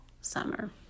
summer